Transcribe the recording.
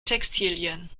textilien